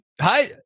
hi